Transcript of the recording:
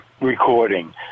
recording